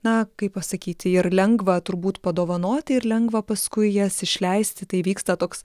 na kaip pasakyti ir lengva turbūt padovanoti ir lengva paskui jas išleisti tai vyksta toks